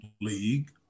league